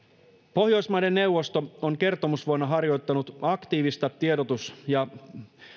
pohjoismaiden neuvosto on kertomusvuonna harjoittanut aktiivista tiedotus ja